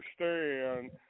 understand